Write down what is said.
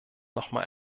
nochmal